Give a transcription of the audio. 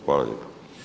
Hvala lijepa.